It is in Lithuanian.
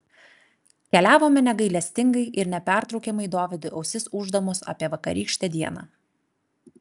keliavome negailestingai ir nepertraukiamai dovydui ausis ūždamos apie vakarykštę dieną